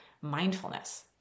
mindfulness